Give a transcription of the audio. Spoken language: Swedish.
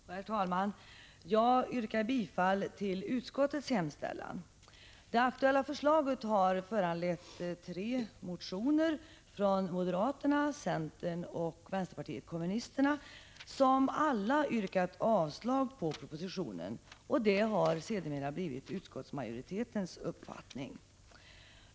Herr talman! Jag yrkar bifall till utskottets hemställan. Det aktuella förslaget har föranlett tre motioner, från moderaterna, centern och vänsterpartiet kommunisterna, som alla yrkat avslag på propositionen. Det har sedermera blivit utskottsmajoritetens ställningstagande.